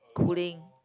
cooling